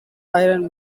iron